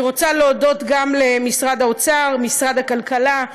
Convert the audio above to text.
אני רוצה להודות גם למשרד האוצר, למשרד הכלכלה,